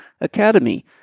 Academy